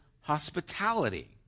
hospitality